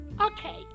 Okay